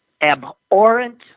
abhorrent